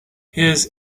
his